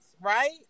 right